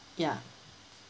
ya